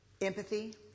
Empathy